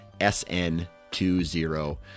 SN20